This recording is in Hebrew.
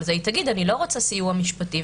שהיא לא רוצה סיוע משפטי.